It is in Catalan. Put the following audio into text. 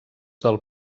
del